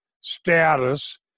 status